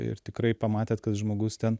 ir tikrai pamatėt kad žmogus ten